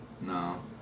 no